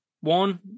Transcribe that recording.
one